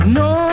no